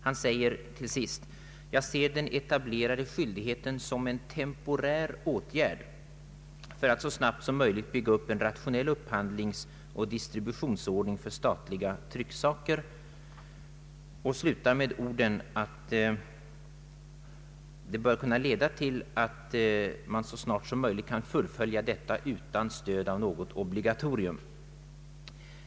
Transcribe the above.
Han säger: ”Jag ser den etablerade skyldigheten som en temporär åtgärd för att så snabbt som möjligt bygga upp en rationell upphandlingsoch = distributionsordning för statliga trycksaker.” Han slutar med att anföra att det bör kunna leda till att man så småningom kan fullfölja detta arbete utan stöd av något obligatorium.